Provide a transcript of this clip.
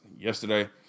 yesterday